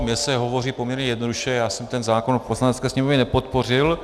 Mně se hovoří poměrně jednoduše, já jsem ten zákon v Poslanecké sněmovně nepodpořil.